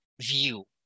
view